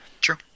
True